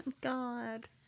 God